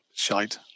Shite